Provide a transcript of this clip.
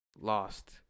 lost